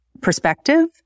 perspective